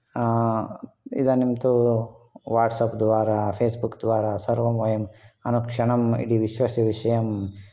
इदानीं तु वाट्सप् द्वारा फे़स्बुक् द्वारा सर्वं वयं अनुक्षणं यदि विश्वस्य विषयं